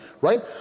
right